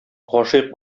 гашыйк